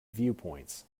viewpoints